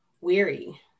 weary